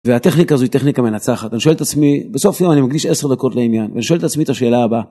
והטכניקה הזו היא טכניקה מנצחת אני שואל את עצמי בסוף יום אני מקדיש 10 דקות לעניין ואני שואל את עצמי את השאלה הבאה.